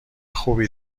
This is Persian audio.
خوبی